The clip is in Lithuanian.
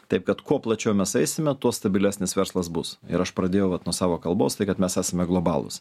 taip kad kuo plačiau mes eisime tuo stabilesnis verslas bus ir aš pradėjau vat nuo savo kalbos tai kad mes esame globalūs